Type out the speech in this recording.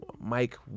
Mike